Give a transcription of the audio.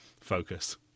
focus